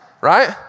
right